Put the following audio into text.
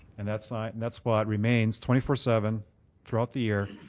and that spot and that spot remains twenty four seven throughout the year,